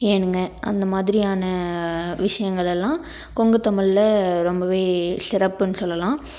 ஏனுங்க அந்த மாதிரியான விஷயங்களெல்லாம் கொங்கு தமிழில் ரொம்பவே சிறப்புன்னு சொல்லலாம்